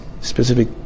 specific